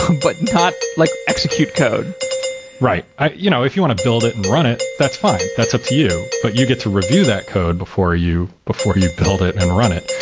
um but not like execute code right. you know if you want to build it and run it, that's fine. that's up to you, but you get to review that code before you before you build it and run it.